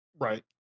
Right